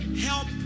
help